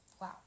wow